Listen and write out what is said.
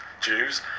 Jews